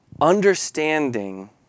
understanding